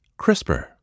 CRISPR